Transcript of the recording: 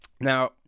Now